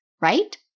right